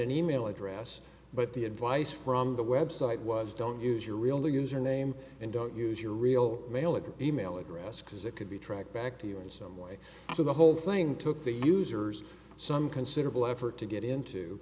an e mail address but the advice from the website was don't use your real username and don't use your real mail at the e mail address because it could be tracked back to you in some way so the whole thing took the users some considerable effort to get into